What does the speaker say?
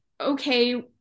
okay